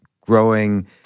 growing